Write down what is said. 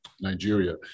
Nigeria